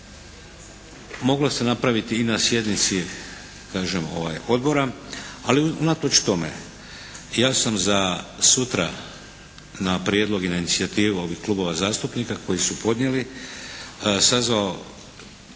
moglo se napraviti i na sjednici kažem odbora. Ali unatoč tome, ja sam za sutra na prijedlog i na inicijativu ovih klubova zastupnika koji su podnijeli sazvao